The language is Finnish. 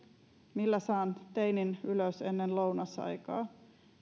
millä saan teinin ylös ennen lounasaikaa